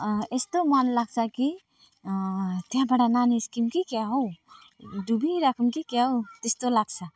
यस्तो मनलाग्छ कि त्यहाँबाट ननिस्कियौँ कि क्या हौ डुबिराखौँ कि क्या हौ त्यस्तो लाग्छ